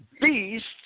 beasts